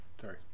Sorry